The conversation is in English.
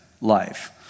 life